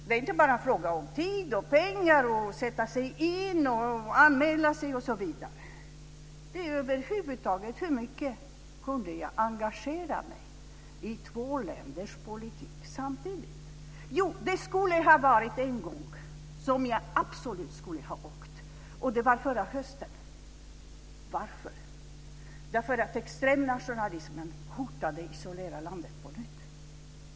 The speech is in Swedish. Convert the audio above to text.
Det är inte bara en fråga om tid, om pengar, om att sätta sig in, om att anmäla sig osv. Det är över huvud taget en fråga om hur mycket jag kunde engagera mig i två länders politik samtidigt. En gång skulle jag absolut ha åkt. Det var förra hösten. Varför? Därför att extremnationalismen hotade att isolera landet på nytt.